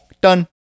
done